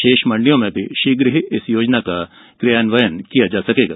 शेष मण्डियों में भी शीघ्र ही योजना का क्रियान्वयन किया जा सकेगा